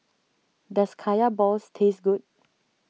does Kaya Balls taste good